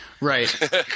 right